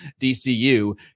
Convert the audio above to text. DCU